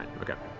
okay.